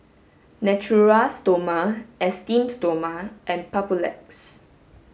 Natura Stoma Esteem Stoma and Papulex